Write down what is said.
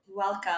welcome